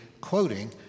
quoting